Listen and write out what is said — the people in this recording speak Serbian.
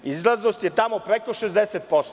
Izlaznost je tamo preko 60%